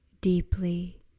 deeply